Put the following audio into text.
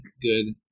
good